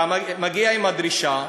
אתה מגיע עם הדרישה,